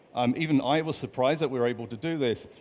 um even i was surprised that we were able to do this,